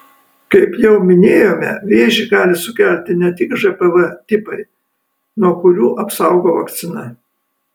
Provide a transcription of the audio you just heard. kaip jau minėjome vėžį gali sukelti ne tik žpv tipai nuo kurių apsaugo vakcina